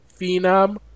Phenom